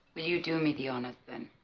you do me the honor then